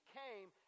came